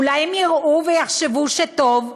אולי הם יראו ויחשבו שטוב?